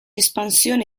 espansione